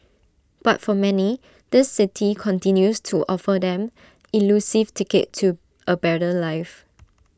but for many this city continues to offer them elusive ticket to A better life